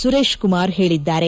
ಸುರೇಶ್ಕುಮಾರ್ ಹೇಳಿದ್ದಾರೆ